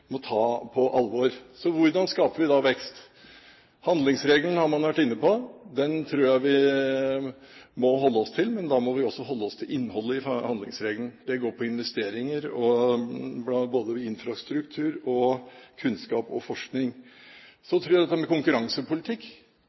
må ta på alvor. Hvordan skaper vi da vekst? Handlingsregelen har man vært inne på. Den tror jeg vi må holde oss til, men da må vi også holde oss til innholdet i den. Det går på investeringer, både infrastruktur, kunnskap og forskning. Jeg tror at når det gjelder dette med konkurransepolitikk,